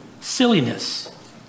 silliness